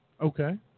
Okay